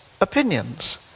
opinions